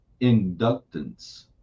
inductance